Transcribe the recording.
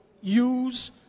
use